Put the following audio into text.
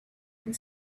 and